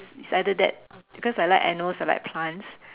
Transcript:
it's either that because I like animals I like plants